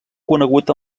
conegut